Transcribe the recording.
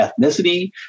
ethnicity